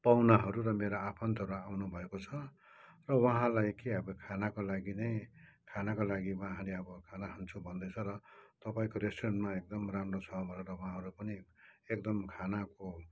पाहुनाहरू र मेरो आफन्तहरू आउनुभएको छ र उहाँलाई के अब खानाको लागि नै खानाको लागि उहाँले अब खाना खान्छु भन्दैछ र तपाईँको रेस्टुरेन्टमा एकदम राम्रो छ भनेर उ हाँहरू पनि एकदम खानाको